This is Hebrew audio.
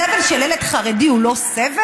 סבל של ילד חרדי הוא לא סבל?